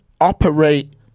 operate